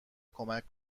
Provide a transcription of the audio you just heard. کمک